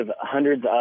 hundreds